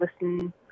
listen